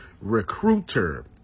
Recruiter